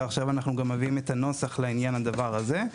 ועכשיו אנחנו גם מביאים את הנוסח לעניין הדבר הזה.